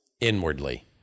inwardly